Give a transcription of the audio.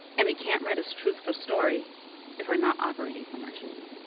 and we can't write a truthful story if we're not operating from our truth.